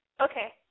Okay